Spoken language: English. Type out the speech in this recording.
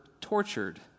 tortured